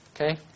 Okay